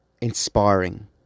inspiring